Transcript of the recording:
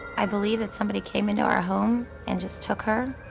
i believe that somebody came into our home and just took her.